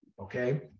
Okay